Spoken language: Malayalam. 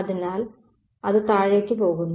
അതിനാൽ അത് താഴേക്ക് പോകുന്നു